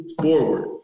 forward